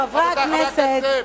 חבר הכנסת זאב.